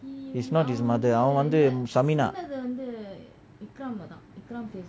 it's not his mother அவன் வந்து:avan vanthu shameena